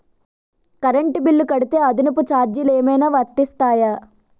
Current bill కడితే అదనపు ఛార్జీలు ఏమైనా వర్తిస్తాయా?